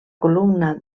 columna